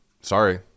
Sorry